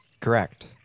Correct